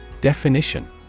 Definition